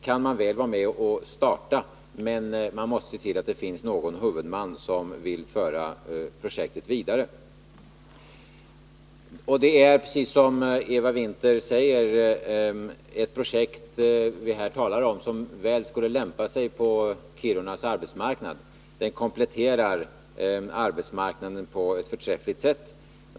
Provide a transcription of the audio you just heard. Man kan väl vara med och starta, men man måste se till att det finns en huvudman som vill föra projektet vidare. Precis som Eva Winther säger skulle det projekt vi talar om väl lämpa sig på Kirunas arbetsmarknad. Det kompletterar den arbetsmarknaden på ett förträffligt sätt.